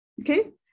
Okay